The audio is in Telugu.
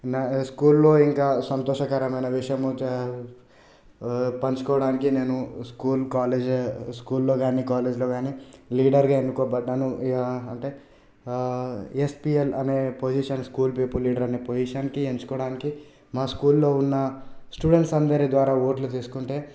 నా స్కూల్లో ఇంకా సంతోషకరమైన విషయం పంచుకోవడానికి నేను స్కూల్ కాలేజ్ స్కూల్లో కాని కాలేజీలో కాని లీడర్గా ఎన్నుకోబడ్డాను అంటే ఎస్పిఎల్ అనే పొజిషన్ స్కూల్ పీపుల్ లీడర్ అనే పొజిషన్కి ఎంచుకోవడానికి మా స్కూల్లో ఉన్న స్టూడెంట్స్ అందరి ద్వారా ఓట్లు చేసుకుంటే